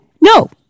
No